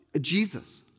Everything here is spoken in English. Jesus